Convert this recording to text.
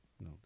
No